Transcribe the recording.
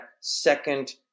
second